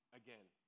again